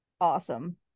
awesome